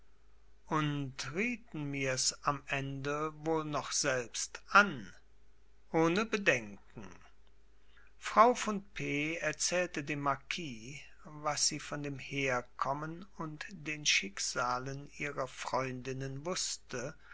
und rieten mirs am ende wohl noch selbst an ohne bedenken frau von p erzählte dem marquis was sie von dem herkommen und den schicksalen ihrer freundinnen wußte